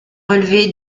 relevé